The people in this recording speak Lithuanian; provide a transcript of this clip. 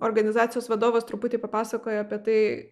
organizacijos vadovas truputį papasakojo apie tai